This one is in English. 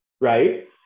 right